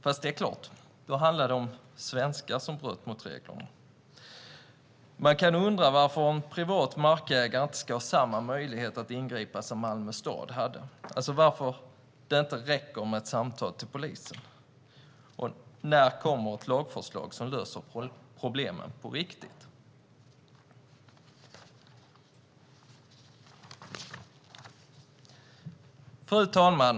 Fast det är klart, då handlade det om svenskar som bröt mot reglerna. Man kan undra varför en privat markägare inte ska ha samma möjlighet att ingripa som Malmö stad hade. Varför räcker det inte med ett samtal till polisen? När kommer det ett lagförslag som löser problemen på riktigt? Fru talman!